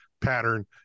pattern